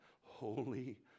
holy